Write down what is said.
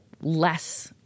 less